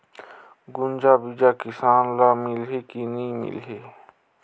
गुनजा बिजा किसान ल मिलही की नी मिलही?